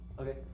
Okay